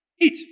Eat